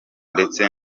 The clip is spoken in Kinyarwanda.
ndetse